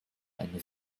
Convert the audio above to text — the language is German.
einen